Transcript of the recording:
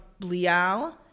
Blial